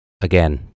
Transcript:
Again